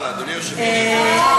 במליאה, אדוני יושב-ראש הכנסת?